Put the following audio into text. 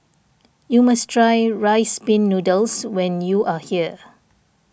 you must try Rice Pin Noodles when you are here